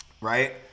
Right